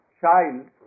child